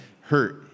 hurt